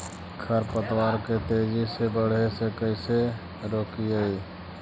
खर पतवार के तेजी से बढ़े से कैसे रोकिअइ?